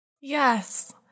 yes